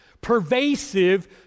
pervasive